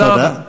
תודה רבה.